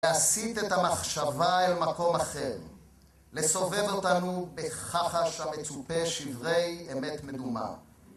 להסיט את המחשבה אל מקום אחר, לסובב אותנו בכחש המצופה שברי אמת מדומה.